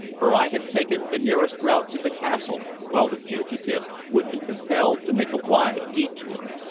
for i had taken the nearest route to the castle while the fugitive would be compelled to make a wide detour.